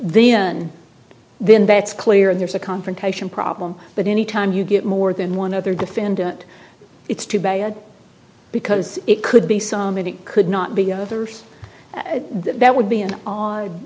then then that's clear there's a confrontation problem but anytime you get more than one other defendant it's too bad because it could be somebody could not be others that would be an odd